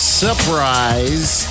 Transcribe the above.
surprise